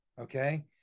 okay